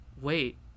Wait